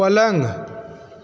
पलंग